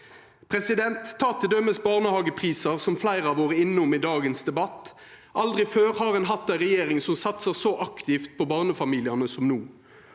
distrikta. Ta til dømes barnehageprisar, som fleire har vore innom i dagens debatt. Aldri før har ein hatt ei regjering som satsar så aktivt på barnefamiliane som no.